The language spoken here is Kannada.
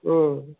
ಹ್ಞೂ